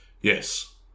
Yes